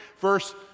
Verse